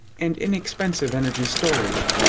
and inexpensive energy storage.